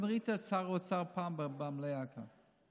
האם ראית את שר האוצר פעם במליאה כאן?